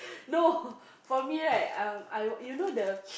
no for me right um I I will you know the